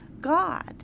God